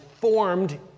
formed